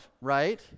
right